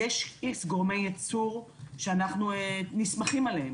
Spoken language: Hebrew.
יש X גורמי ייצור שאנחנו נסמכים עליהם.